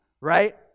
right